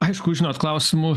aišku žinot klausimų